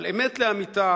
על אמת לאמיתה